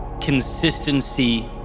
Consistency